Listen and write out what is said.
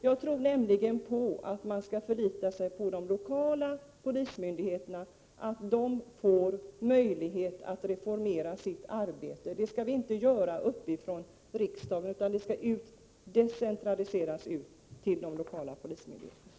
Jag anser nämligen att man skall förlita sig på de lokala polismyndigheterna och ge dem möjlighet att reformera sitt arbete. Detta skall inte ske uppifrån, från riksdagen, utan det skall decentraliseras ut till de lokala polismyndigheterna.